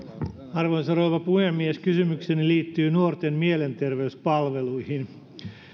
arvoisa rouva puhemies kysymykseni liittyy nuorten mielenterveyspalveluihin